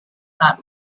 that